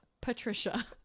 Patricia